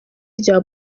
rya